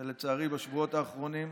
ולצערי, בשבועות האחרונים.